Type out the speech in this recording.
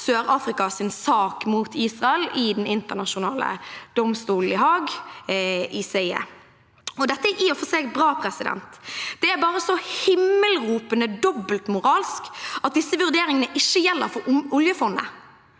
Sør-Afrikas sak mot Israel i Den internasjonale domstolen i Haag, ICJ. Dette er i og for seg bra, men det er bare så himmelropende dobbeltmoralsk at disse vurderingene ikke gjelder for oljefondet.